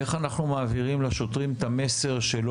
איך אנחנו מעבירים לשוטרים את המסר שלא